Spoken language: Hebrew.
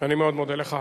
אני מאוד מודה לך.